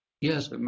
yes